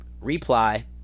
reply